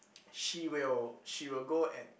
she will she will go and